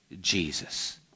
Jesus